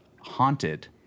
haunted